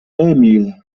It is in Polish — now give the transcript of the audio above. emil